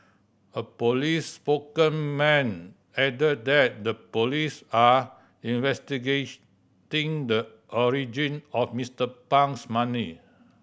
a police spokesman added that the police are the origin of Mister Pang's money